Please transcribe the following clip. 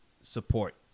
support